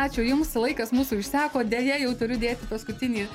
ačiū jums laikas mūsų išseko deja jau turiu dėti paskutinį